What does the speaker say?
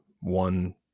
one